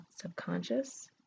subconscious